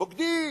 "בוגדים",